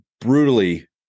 brutally